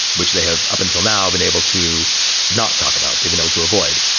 which they have up until now been able to not talk about. they've been able to avoid.